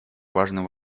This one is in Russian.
важный